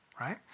right